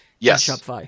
Yes